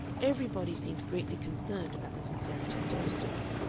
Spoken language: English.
everybody seemed greatly concerned about the sincerity of tolstoy.